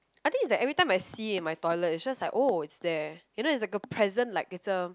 I think it's like every time I see in my toilet it's just like oh it's there you know it's like a present like it's a